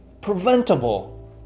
preventable